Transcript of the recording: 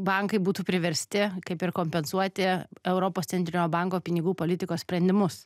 bankai būtų priversti kaip ir kompensuoti europos centrinio banko pinigų politikos sprendimus